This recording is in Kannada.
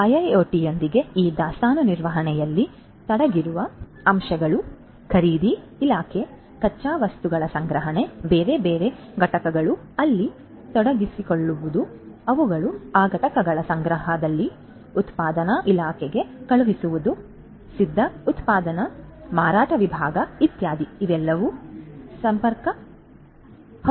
ಆದ್ದರಿಂದ ಐಐಒಟಿಯೊಂದಿಗೆ ಈ ದಾಸ್ತಾನು ನಿರ್ವಹಣೆಯಲ್ಲಿ ತೊಡಗಿರುವ ಅಂಶಗಳು ಖರೀದಿ ಇಲಾಖೆ ಕಚ್ಚಾ ವಸ್ತುಗಳ ಸಂಗ್ರಹಣೆ ಬೇರೆ ಬೇರೆ ಘಟಕಗಳು ಅಲ್ಲಿ ತೊಡಗಿಸಿಕೊಳ್ಳುವುದು ಅವುಗಳು ಆ ಘಟಕಗಳ ಸಂಗ್ರಹದಲ್ಲಿವೆ ಉತ್ಪಾದನಾ ಇಲಾಖೆಗೆ ಕಳುಹಿಸುವುದು ಸಿದ್ಧ ಉತ್ಪನ್ನ ಮಾರಾಟ ವಿಭಾಗ ಇತ್ಯಾದಿ ಎಲ್ಲವೂ ಸಂಪರ್ಕ ಹೊಂದಬಹುದು